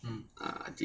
mm